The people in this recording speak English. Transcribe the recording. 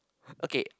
okay